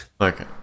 Okay